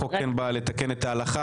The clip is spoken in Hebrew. החוק בא לתקן את ההלכה.